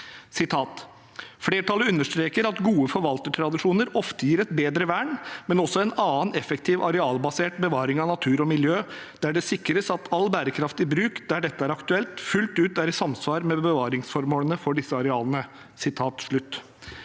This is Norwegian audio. «Flertallet understreker at gode forvaltertradisjoner ofte gir et bedre og mer langsiktig vern, men også en annen effektiv, arealbasert bevaring av natur og miljø, der det sikres at all bærekraftig bruk der dette er aktuelt, fullt ut er i samsvar med bevaringsformålet for disse arealene.»